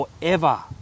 forever